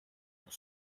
pour